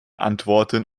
antworten